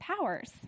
powers